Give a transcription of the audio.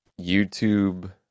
YouTube